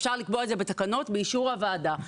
אפשר לקבוע את זה בתקנות באישור הוועדה.